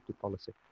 policy